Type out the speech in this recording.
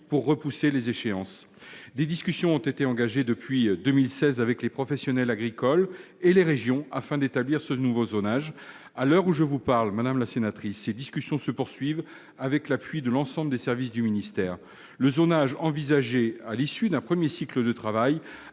pour repousser les échéances. Des discussions ont été engagées depuis 2016 avec les professionnels agricoles et les régions, afin d'établir ce nouveau zonage. À l'heure où je vous parle, madame la sénatrice, ces discussions se poursuivent avec l'appui de l'ensemble des services du ministère. Le zonage envisagé à l'issue d'un premier cycle de travail